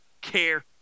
care